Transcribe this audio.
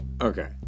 Okay